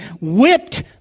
whipped